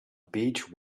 beach